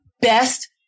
best